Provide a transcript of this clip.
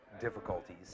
difficulties